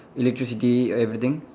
electricity everything